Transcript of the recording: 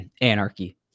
anarchy